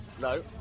No